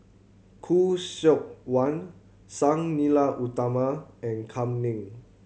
Khoo Seok Wan Sang Nila Utama and Kam Ning